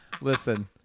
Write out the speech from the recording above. Listen